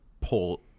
pull